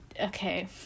Okay